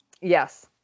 Yes